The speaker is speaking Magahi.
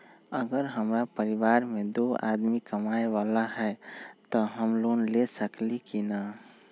अगर हमरा परिवार में दो आदमी कमाये वाला है त हम लोन ले सकेली की न?